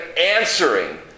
answering